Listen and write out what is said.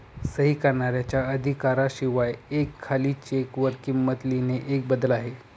सही करणाऱ्याच्या अधिकारा शिवाय एका खाली चेक वर किंमत लिहिणे एक बदल आहे